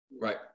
Right